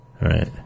Right